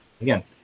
Again